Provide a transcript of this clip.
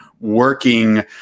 working